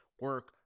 Work